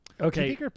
okay